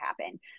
happen